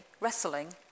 wrestling